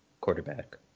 quarterback